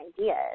ideas